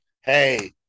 Hey